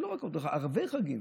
ערבי חגים